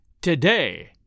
to-day